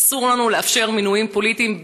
אסור לנו לאפשר מינויים פוליטיים,